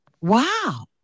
Wow